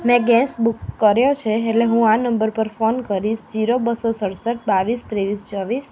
મેં gas book કર્યો છે એટલે હું આ નંબર પર ફોન કરીશ ઝીરો બસો સડસઠ બાવીસ ત્રેવીસ ચોવીસ